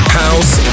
house